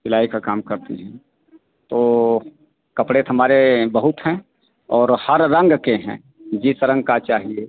सिलाई का काम करती हैं तो कपड़े तो हमारे बहुत हैं और हर रंग के हैं जिस रंग का चाहिए